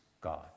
God